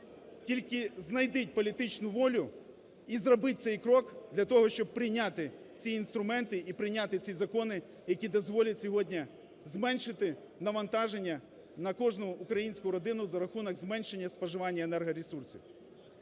Тільки знайдіть політичну волю і зробіть цей крок для того, щоби прийняти ці інструменти і прийняти ці закони, які дозволять сьогодні зменшити навантаження на кожну українську родину за рахунок зменшення споживання енергоресурсів".